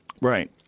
right